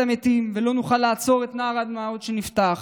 המתים ולא נוכל לעצור את נהר הדמעות שנפתח.